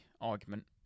argument